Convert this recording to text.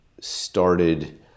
started